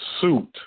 suit